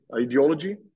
Ideology